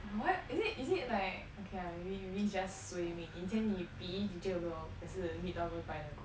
but wh~ is it is it like okay lah maybe maybe just suay 命以前你 P_E teacher 有没有也是 meet 到怪怪的 hor